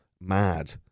mad